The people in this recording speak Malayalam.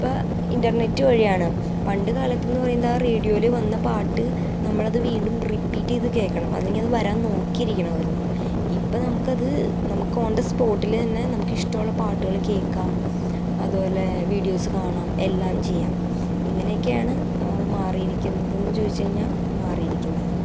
ഇപ്പം ഇൻടനെറ്റ് വഴിയാണ് പണ്ട് കാലത്തെന്ന് പറയുന്നതാണ് റേഡിയോൽ വന്ന പാട്ട് നമ്മളത് വീണ്ടും റിപ്പീറ്റ് ചെയ്ത് കേൾക്കണം അല്ലെങ്കിൽ അത് വരാൻ നോക്കീരിക്കണാര്ന്ന് ഇപ്പം നമുക്കത് നമക്കോൺ ദ സ്പോട്ടിലന്നെ നമുക്കിഷ്ടമുള്ള പാട്ട്കൾ കേൾക്കാം അത്പോലെ വീഡിയോസ് കാണാം എല്ലാം ചെയ്യാം ഇങ്ങനെക്കെയാണ് മാറീരിക്കുതെന്ന് ചോദിച്ച് കഴിഞ്ഞാൽ മാറീരിക്കുന്നത്